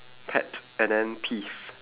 pet and then peeve